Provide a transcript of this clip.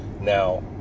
Now